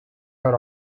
were